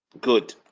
Good